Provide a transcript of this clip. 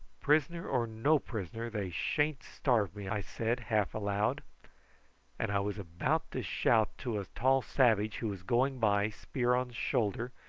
prisoner or no prisoner they sha'n't starve me, i said half aloud and i was about to shout to a tall savage who was going by spear on shoulder,